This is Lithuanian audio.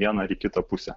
vieną ar kitą pusę